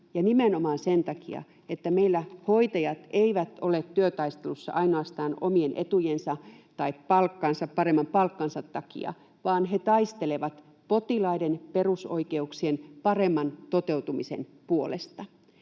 nimenomaan sen takia, että meillä hoitajat eivät ole työtaistelussa ainoastaan omien etujensa tai palkkansa, paremman palkkansa takia, vaan he taistelevat potilaiden perusoikeuksien paremman toteutumisen puolesta.